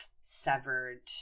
severed